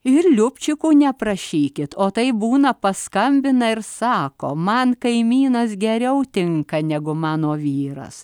ir liupčiukų neprašykit o taip būna paskambina ir sako man kaimynas geriau tinka negu mano vyras